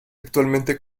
actualmente